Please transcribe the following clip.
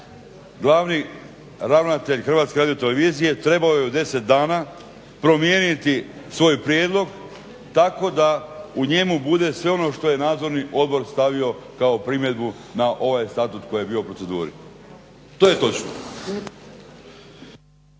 Glavni ravnatelj HRT-a trebao je u deset dana promijeniti svoj prijedlog tako da u njemu bude sve ono što je nadzorni odbor stavio kao primjedbu na onaj statut koji je bio u proceduri. To je točno.